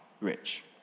rich